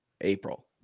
April